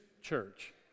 church